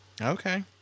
Okay